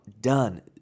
done